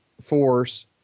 force